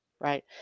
right